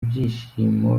ibyishimo